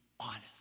Honest